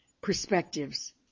Perspectives